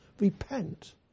Repent